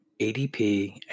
ADP